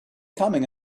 coming